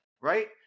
Right